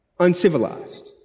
uncivilized